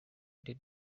did